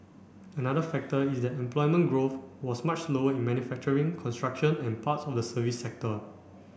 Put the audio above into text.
another factor is that employment growth was much slower in manufacturing construction and parts of the services sector